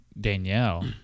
Danielle